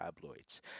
tabloids